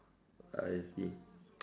I see